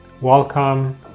welcome